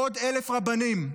עוד 1,000 רבנים.